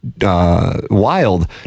Wild